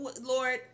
Lord